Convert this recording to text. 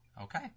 Okay